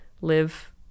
live